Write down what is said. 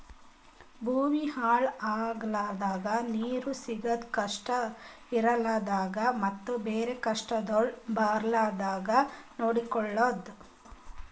ಭೂಮಿ ಹಾಳ ಆಲರ್ದಂಗ, ನೀರು ಸಿಗದ್ ಕಷ್ಟ ಇರಲಾರದಂಗ ಮತ್ತ ಬೇರೆ ಕಷ್ಟಗೊಳ್ ಬರ್ಲಾರ್ದಂಗ್ ನೊಡ್ಕೊಳದ್